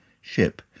ship